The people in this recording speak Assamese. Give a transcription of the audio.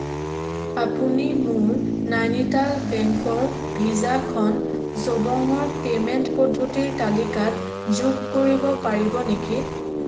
আপুনি মোৰ নাইনিটাল বেংকৰ ভিছাখন জবঙৰ পে'মেণ্ট পদ্ধতিৰ তালিকাত যোগ কৰিব পাৰিব নেকি